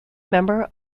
member